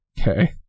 okay